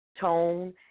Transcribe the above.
tone